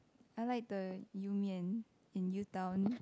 I like the you mian in Utown